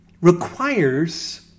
requires